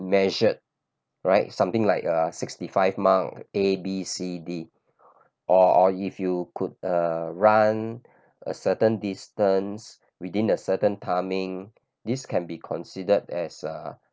measured right something like uh sixty five mark A B C D or or if you could uh run a certain distances within a certain timing this can be considered as uh